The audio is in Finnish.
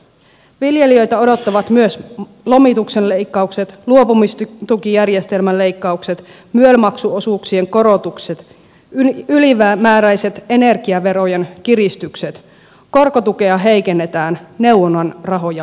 viljelijöitä odottavat myös lomituksen leikkaukset luopumistukijärjestelmän leikkaukset myel maksuosuuksien korotukset ylimääräiset energiaverojen kiristykset korkotukea heikennetään neuvonnan rahoja leikataan